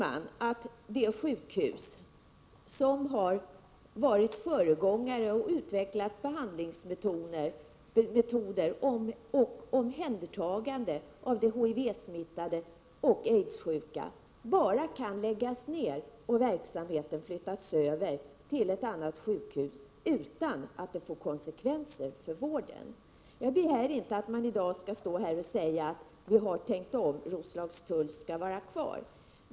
Tycker ni att det sjukhus som har varit föregångare och som har utvecklat behandlingsmetoder och omhändertagande av de HIV-smittade och aidssjuka bara kan läggas ned och verksamheten flyttas över till ett annat sjukhus utan att det får konsekvenser för vården? Jag begär inte att någon i dag skall stå här och säga att de har tänkt om och att Roslagstull skall vara kvar.